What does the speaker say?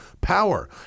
power